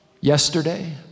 yesterday